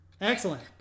Excellent